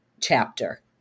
chapter